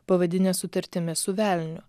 pavadinę sutartimi su velniu